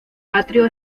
atrio